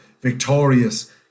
victorious